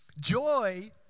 joy